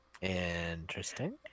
Interesting